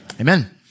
amen